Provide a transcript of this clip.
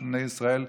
בני ישראל,